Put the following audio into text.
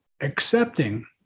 accepting